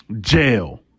jail